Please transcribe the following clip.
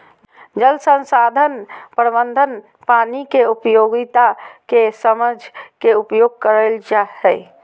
जल संसाधन प्रबंधन पानी के उपयोगिता के समझ के उपयोग करई हई